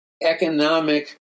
economic